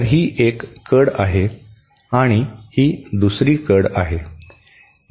तर ही एक कड आहे आणि ही दुसरी कड आहे